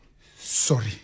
sorry